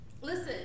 Listen